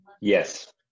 Yes